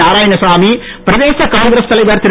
நாராயணசாமி பிரதேச காங்கிரஸ் தலைவர் திரு